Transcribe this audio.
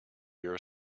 your